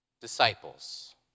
disciples